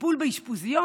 הטיפול באשפוזיות